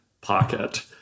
pocket